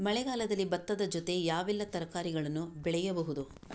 ಮಳೆಗಾಲದಲ್ಲಿ ಭತ್ತದ ಜೊತೆ ಯಾವೆಲ್ಲಾ ತರಕಾರಿಗಳನ್ನು ಬೆಳೆಯಬಹುದು?